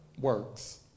works